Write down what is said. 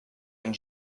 and